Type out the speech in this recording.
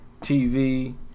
TV